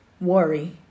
worry